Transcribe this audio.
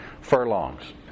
furlongs